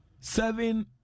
seven